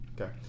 Okay